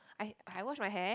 I I wash my hair